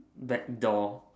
black door